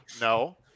No